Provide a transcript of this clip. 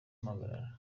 impagarara